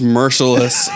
merciless